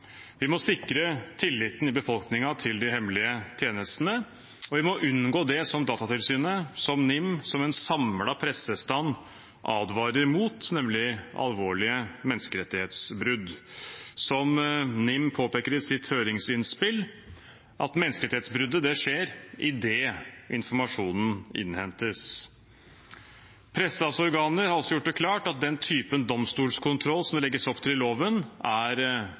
Vi må sikre tilliten i befolkningen til de hemmelige tjenestene, og vi må unngå det som Datatilsynet, NIM og en samlet pressestand advarer mot, nemlig alvorlige menneskerettighetsbrudd. NIM påpeker i sitt høringsinnspill at menneskerettighetsbruddet skjer idet informasjonen innhentes. Pressens organer har også gjort det klart at den typen domstolskontroll som det legges opp til i loven, er